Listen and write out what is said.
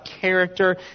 character